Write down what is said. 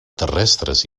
terrestres